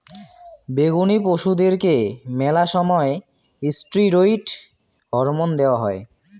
বেঙনি পশুদেরকে মেলা সময় ষ্টিরৈড হরমোন দেওয়া হই